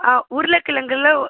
ஆ உருளைக்கிழங்குல